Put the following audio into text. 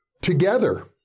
together